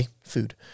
Food